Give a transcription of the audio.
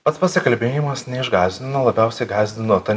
pats pasikalbėjimas neišgąsdino labiausiai gąsdino ta